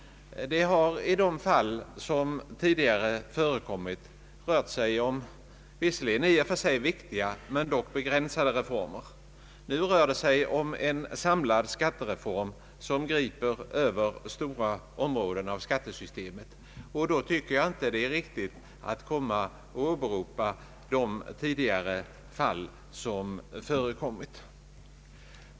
I de fall som tidigare förekommit har det rört sig om visserligen i och för sig viktiga men dock begränsade reformer. Nu rör det sig om en samlad skattereform som griper över stora områden av skattesystemet, och då tycker jag inte det är riktigt att åberopa de tidigare fallen som förekommit.